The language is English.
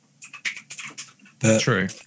True